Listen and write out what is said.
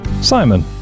Simon